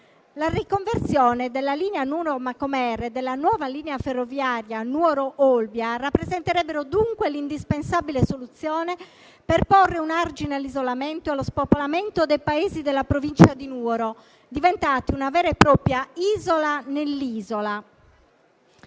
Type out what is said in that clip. La riconversione della linea Nuoro-Macomer e la nuova linea ferroviaria Nuoro-Olbia rappresenterebbero dunque l'indispensabile soluzione per porre un argine all'isolamento e allo spopolamento dei paesi della Provincia di Nuoro, diventati una vera e propria isola nell'isola.